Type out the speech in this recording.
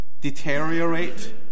Deteriorate